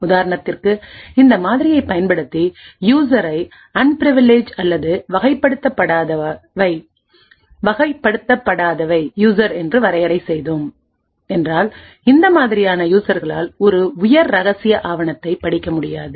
உதாரணத்திற்கு இந்த மாதிரியை பயன்படுத்தி யூசரை அன்பிரிவில்லேஜ் அல்லது வகைப்படுத்தப்படாதவை யூசர் என்று வரையறை செய்தோம் என்றால் இந்த மாதிரியான யூசர்களால் ஒரு உயர் ரகசிய ஆவணத்தைப் படிக்க முடியாது